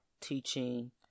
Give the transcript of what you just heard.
teaching